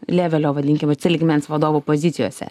levelio vadinkime lygmens vadovų pozicijose